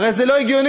הרי זה לא הגיוני,